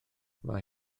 mae